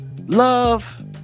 Love